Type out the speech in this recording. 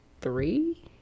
three